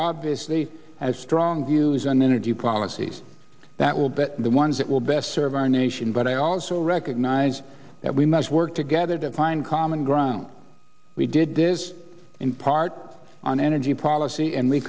obviously has strong views on energy policies that will but the ones that will best serve our nation but i also recognize that we must work together to find common ground we did this in part on energy policy and we